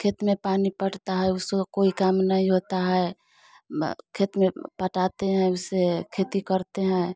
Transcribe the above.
खेत में पानी पड़ता है उस गो कोई काम नहीं होता है खेत में बाँटते हैं उससे खेती करते हैं